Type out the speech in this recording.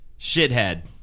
Shithead